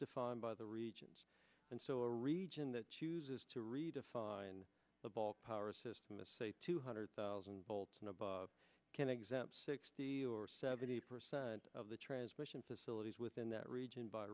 defined by the regions and so a region that chooses to redefine the ball power system is say two hundred thousand volts nobody can exempt sixty or seventy percent of the transmission facilities within that region by